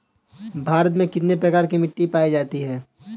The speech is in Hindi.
भारत में कितने प्रकार की मिट्टी पाई जाती है?